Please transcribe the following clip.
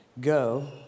Go